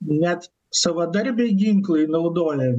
net savadarbiai ginklai naudojami